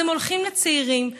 אז הם הולכים לצעירים.